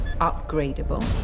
upgradable